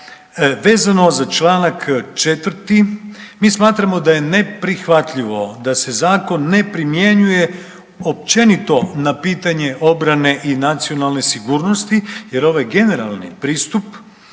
vezano za čl. 4. mi smatramo da je neprihvatljivo da se zakon ne primjenjuje općenito na pitanje obrane i nacionalne sigurnosti jer ovaj generalni pristup